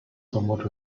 somewhat